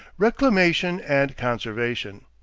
reclamation and conservation.